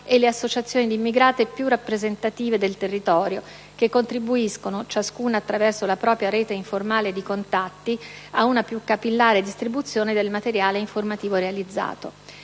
e le associazioni di immigrati più rappresentative del territorio che contribuiscono, ciascuna attraverso la propria rete informale di contatti, a una più capillare distribuzione del materiale informativo realizzato.